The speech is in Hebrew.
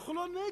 אנחנו לא נגד.